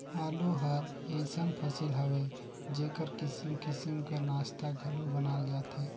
आलू हर अइसन फसिल हवे जेकर किसिम किसिम कर नास्ता घलो बनाल जाथे